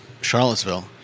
charlottesville